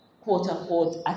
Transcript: quote-unquote